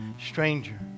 stranger